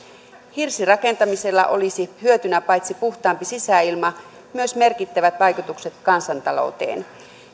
hirsirakentamisella olisi hyötynä paitsi puhtaampi sisäilma myös merkittävät vaikutukset kansantalouteen